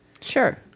Sure